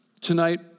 Tonight